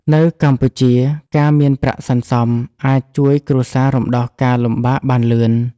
នៅកម្ពុជាការមានប្រាក់សន្សំ អាចជួយគ្រួសាររំដោះការលំបាកបានលឿន។